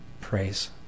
praise